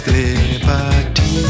liberty